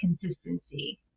consistency